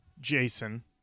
Jason